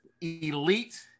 Elite